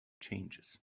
changes